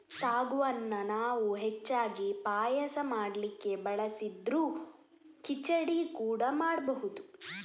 ಸಾಗುವನ್ನ ನಾವು ಹೆಚ್ಚಾಗಿ ಪಾಯಸ ಮಾಡ್ಲಿಕ್ಕೆ ಬಳಸಿದ್ರೂ ಖಿಚಡಿ ಕೂಡಾ ಮಾಡ್ಬಹುದು